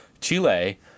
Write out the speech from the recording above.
Chile